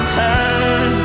turn